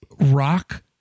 rock